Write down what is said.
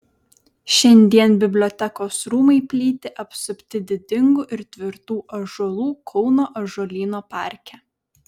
šiandien bibliotekos rūmai plyti apsupti didingų ir tvirtų ąžuolų kauno ąžuolyno parke